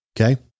Okay